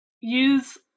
Use